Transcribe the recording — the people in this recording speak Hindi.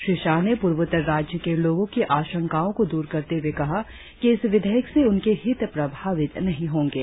श्री शाह ने पूर्वोत्तर राज्य के लोगों की आशंकाओं को दूर करते हुए कहा कि इस विधेयक से उनके हित प्रभावित नहीं होंगे